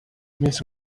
miss